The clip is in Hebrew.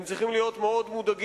הם צריכים להיות מאוד מודאגים,